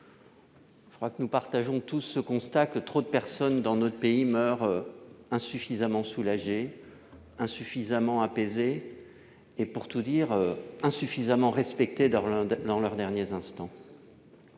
Nous constatons tous, me semble-t-il, que trop de personnes dans notre pays meurent insuffisamment soulagées, insuffisamment apaisées et, pour tout dire, insuffisamment respectées dans leurs derniers instants.